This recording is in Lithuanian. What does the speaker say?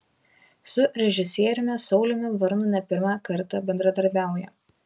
su režisieriumi sauliumi varnu ne pirmą kartą bendradarbiauja